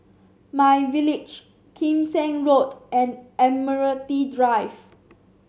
MyVillage Kim Seng Road and Admiralty Drive